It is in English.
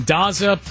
Daza